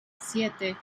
siete